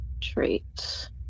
traits